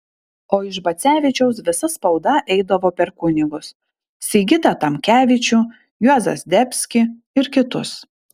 o iš bacevičiaus visa spauda eidavo per kunigus sigitą tamkevičių juozą zdebskį ir kitus